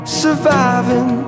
surviving